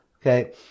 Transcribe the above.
Okay